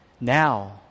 Now